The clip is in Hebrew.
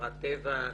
חברת "טבע",